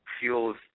fuels